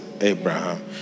Abraham